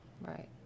Right